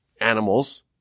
Animals